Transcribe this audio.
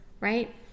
right